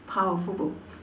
powerful book